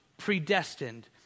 predestined